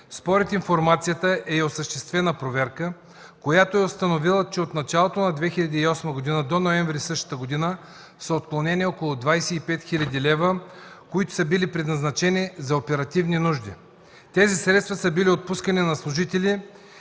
Според информацията е осъществена проверка, която е установила, че отначалото на 2008 г. до ноември същата година са отклонени около 25 хил. лв., които са били предназначени за оперативни нужди. Тези средства са били отпускани на служители